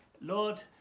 lord